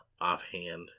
offhand